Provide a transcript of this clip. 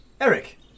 Eric